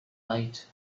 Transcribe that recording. night